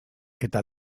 eta